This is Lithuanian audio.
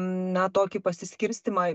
na tokį pasiskirstymą